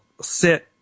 sit